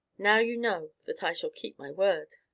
now you know that i shall keep my word.